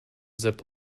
zip